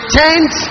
tent